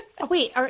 Wait